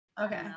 okay